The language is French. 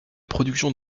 production